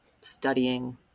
studying